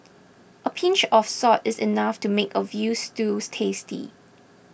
a pinch of salt is enough to make a Veal Stew tasty